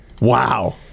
Wow